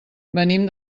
venim